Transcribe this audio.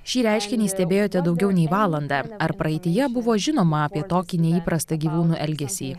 šį reiškinį stebėjote daugiau nei valandą ar praeityje buvo žinoma apie tokį neįprastą gyvūnų elgesį